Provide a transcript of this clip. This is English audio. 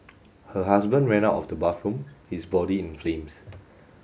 her husband ran out of the bathroom his body in flames